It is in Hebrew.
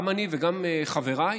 גם אני וגם חבריי,